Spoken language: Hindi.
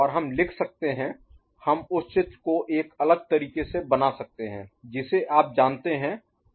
और हम लिख सकते हैं हम उसी चित्र को एक अलग तरीके से बना सकते हैं जिसे आप जानते हैं क्रॉस कपल्ड Cross Coupled युग्मित